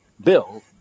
Bill